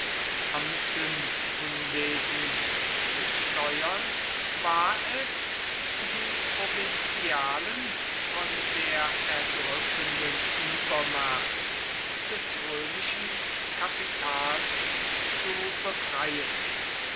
beamtenunwesen zu steuern war es die provinzialen von der erdrückenden übermacht des römischen kapitals zu befreien